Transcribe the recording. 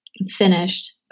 finished